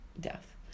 death